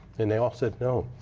and they all said no.